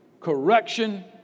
correction